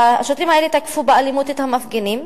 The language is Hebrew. השוטרים האלה תקפו באלימות את המפגינים.